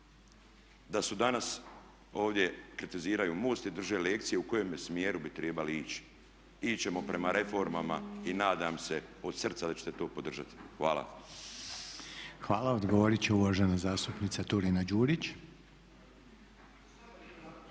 da su danas ovdje kritiziraju MOST i drže lekcije u kojem bi smjeru trebali ići. Ići ćemo prema reformama i nadamo se od srca da ćete to podržati. Hvala. **Reiner, Željko (HDZ)** Hvala. Odgovorit će uvažena zastupnica Turina-Đurić.